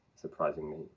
surprisingly